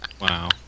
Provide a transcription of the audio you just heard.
Wow